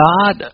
God